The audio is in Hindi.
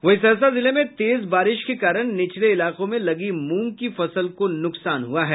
वहीं सहरसा जिले में तेज बारिश के कारण नीचले इलाकों में लगी मूंग की फसल को नुकसान हुआ है